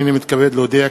הנני מתכבד להודיע,